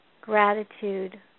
gratitude